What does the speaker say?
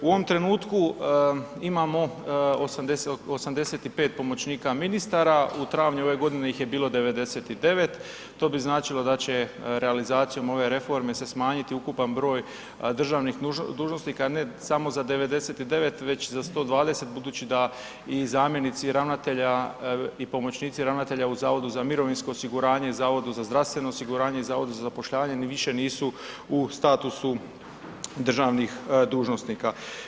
U ovom trenutku imamo 85 pomoćnika ministara u travnju ove godine ih je bilo 99, to bi značilo da će realizacijom ove reforme se smanjiti ukupan broj državnih dužnosnika ne samo za 99 već za 120 budući da i zamjenici ravnatelja i pomoćnici ravnatelja u Zavodu za mirovinsko osiguranje i u Zavodu za zdravstveno osiguranje i u Zavodu za zapošljavanje više nisu u statusu državnih dužnosnika.